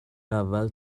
اول